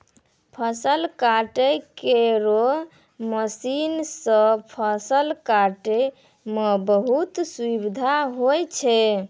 फसल काटै केरो मसीन सँ फसल काटै म बहुत सुबिधा होय छै